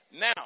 Now